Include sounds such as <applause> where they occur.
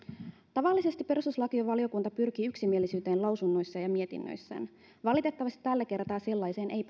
tavallisesti perustuslakivaliokunta pyrkii yksimielisyyteen lausunnoissaan ja mietinnöissään valitettavasti tällä kertaa sellaiseen ei <unintelligible>